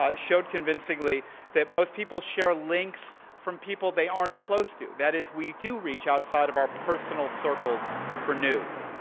showed convincingly that most people share links from people they aren't close to. that is, we do reach outside of our personal circles for news.